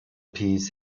peace